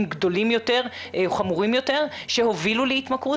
גדולים יותר או חמורים יותר שהובילו להתמכרות,